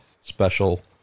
special